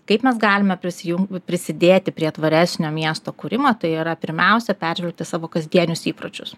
kaip mes galime prisijungt prisidėti prie tvaresnio miesto kūrimo tai yra pirmiausia peržvelgti savo kasdienius įpročius